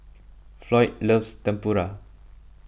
Floyd loves Tempura